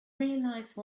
realize